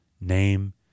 name